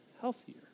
healthier